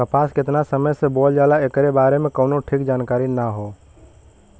कपास केतना समय से बोअल जाला एकरे बारे में कउनो ठीक जानकारी ना हौ